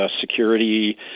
security